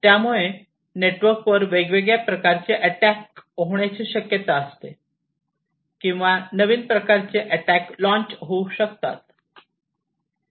त्यामुळे नेटवर्कवर वेगवेगळ्या प्रकारचे अटॅक होण्याची शक्यता असते किंवा नवीन प्रकारचे अटॅक लॉन्च होऊ शकतात